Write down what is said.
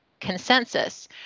consensus